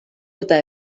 eta